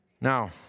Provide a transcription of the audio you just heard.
Now